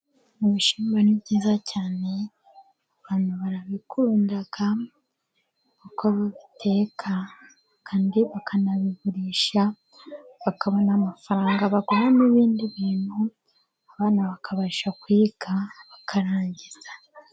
Ibishyimbo ni byiza cyane, abantu barabikunda, kuko babiteka kandi bakanabigurisha, bakabona amafaranga baguramo ibindi bintu, abana bakabasha kuwiga bakarangiza.